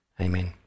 amen